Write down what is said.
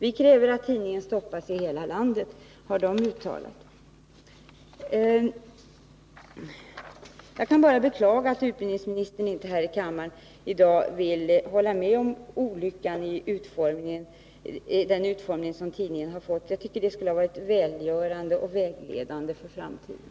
——— Vi kräver att tidningen stoppas — i hela landet!” Jag kan bara beklaga att statsrådet inte vill hålla med om att det skett en olycka när det gäller utformningen av tidningsartiklarna. Det skulle ha varit välgörande och vägledande för framtiden.